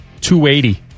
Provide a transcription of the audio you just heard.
280